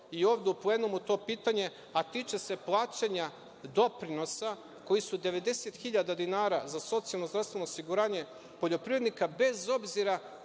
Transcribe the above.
i ovde u plenumu to pitanje, a tiče se plaćanja doprinosa koji su 90.000 dinara za socijalno zdravstveno osiguranje poljoprivrednika, bez obzira